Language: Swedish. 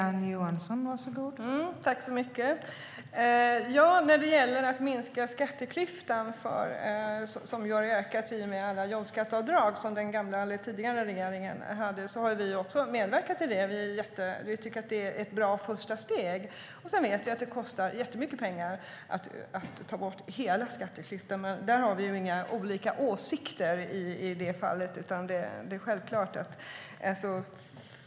STYLEREF Kantrubrik \* MERGEFORMAT Svar på interpellationerFru talman! När det gäller att minska skatteklyftan, som ju ökat i och med alla jobbskatteavdrag som den tidigare regeringen gjorde, medverkar vi till det. Vi tycker att det är ett bra första steg. Sedan vet vi att det kostar jättemycket pengar att ta bort hela skatteklyftan. I det fallet har vi inga skilda åsikter.